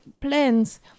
plans